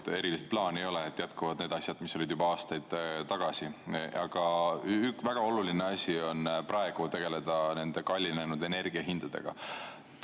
erilist plaani ei ole, et jätkuvad need asjad, mis olid juba aastaid tagasi, aga väga oluline on praegu tegeleda kallinenud energiahindadega.